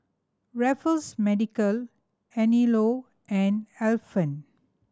Raffles Medical Anello and Alpen